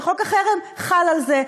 וחוק החרם חל על זה.